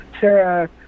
Sarah